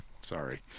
Sorry